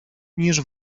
niż